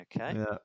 Okay